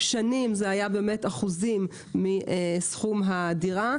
שנים זה היה באמת אחוזים מסכום הדירה,